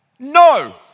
No